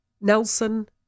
Nelson